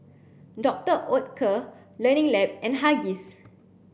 Doctor Oetker Learning Lab and Huggies